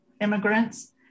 immigrants